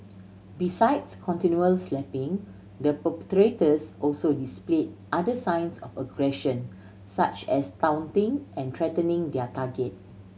besides continual slapping the perpetrators also displayed other signs of aggression such as taunting and threatening their target